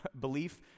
belief